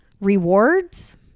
rewards